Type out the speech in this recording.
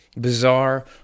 bizarre